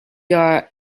are